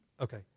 Okay